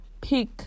pick